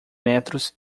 metros